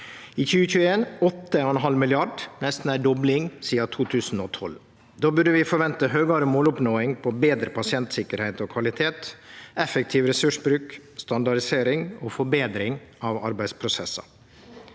kostnadene på 8,4 mrd. kr, nesten ei dobling sidan 2012. Då burde vi forvente høgare måloppnåing på betre pasientsikkerheit og kvalitet, effektiv ressursbruk, standardisering og forbetring av arbeidsprosessar.